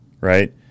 Right